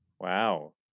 Wow